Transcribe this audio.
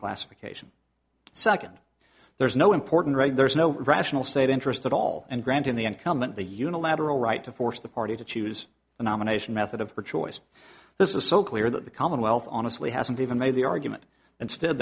classification second there is no important right there's no rational state interest at all and granting the incumbent the unilateral right to force the party to choose the nomination method of her choice this is so clear that the commonwealth on asli hasn't even made the argument instead